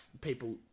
people